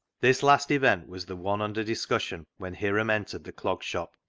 this last event was the one under discus sion when hiram entered the clog shop,